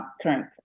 current